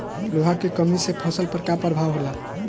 लोहा के कमी से फसल पर का प्रभाव होला?